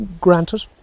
granted